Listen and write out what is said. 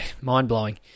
mind-blowing